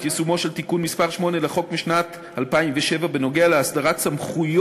את יישומו של תיקון מס' 8 לחוק משנת 2007 בנוגע להסדרת סמכויות